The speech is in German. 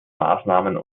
maßnahmen